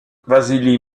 vassili